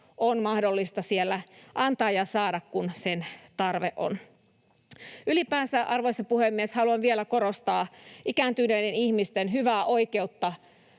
on mahdollista siellä antaa ja saada, kun sen tarve on. Ylipäänsä, arvoisa puhemies, haluan vielä korostaa ikääntyneiden ihmisten oikeutta